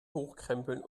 hochkrempeln